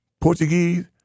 Portuguese